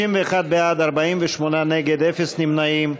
61 בעד, 48 נגד, אפס נמנעים.